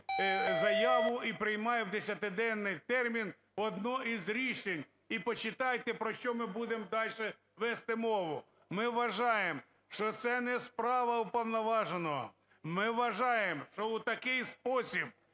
заяву і приймає в 10-денний термін одне із рішень. І почитайте, про що ми будемо дальше вести мову. Ми вважаємо, що це не справа уповноваженого, ми вважаємо, що у такий спосіб,